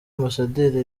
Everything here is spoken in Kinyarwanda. ambasaderi